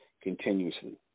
continuously